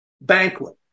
banquet